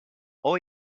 ont